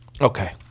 Okay